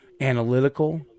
analytical